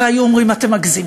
הרי היו אומרים: אתם מגזימים,